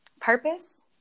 purpose